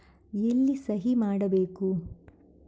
ಎಲ್ಲಿ ಸಹಿ ಮಾಡಬೇಕು?